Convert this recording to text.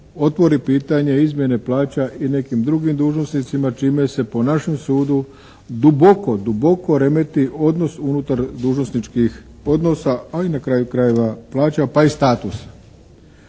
otvori pitanje izmjene plaće i nekim drugim dužnosnicima čime se po našem sudu duboko, duboko remeti odnos unutar dužnosničkih odnosa, a i na kraju krajeva plaća pa i statusa.